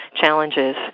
challenges